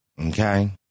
Okay